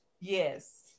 Yes